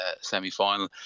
semi-final